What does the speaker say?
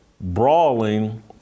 brawling